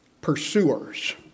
pursuers